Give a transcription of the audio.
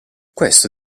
questo